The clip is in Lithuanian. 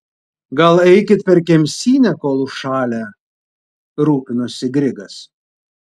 gal eikit per kemsynę kol užšalę rūpinosi grigas